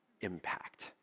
impact